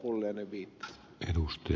pulliainen viittasi